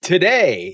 Today